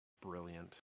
brilliant